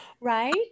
Right